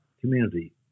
community